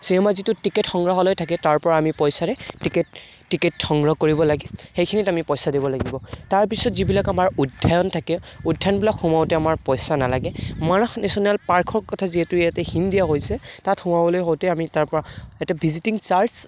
cinema যিটো ticket সংগ্ৰহালয় থাকে তাৰপৰা আমি পইচাৰে টিকেট টিকেট সংগ্ৰহ কৰিব লাগে সেইখিনিত আমি পইচা দিব লাগিব তাৰপিছত যিবিলাক আমাৰ উদ্যান থাকে উদ্যানবিলাক সোমাওঁতে আমাৰ পইচা নালাগে মাৰথ নেশ্যনেল পাৰ্কৰ কথা যিহেতু ইয়াতে হিণ্ট দিয়া হৈছে তাত সোমাবলৈ হওঁতে আমি তাৰপৰা এটা ভিজিটিং চাৰ্জ